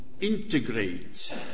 integrate